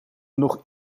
nog